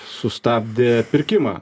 sustabdė pirkimą